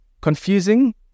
Confusing